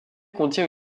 contient